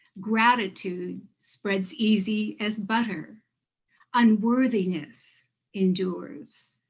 gratitude spreads easy as butter unworthiness endures.